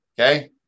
Okay